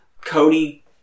Cody